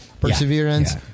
Perseverance